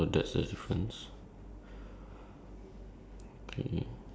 no mine mine is love shack then below it is live tonight